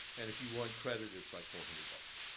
and if you want credit, it's like four hundred but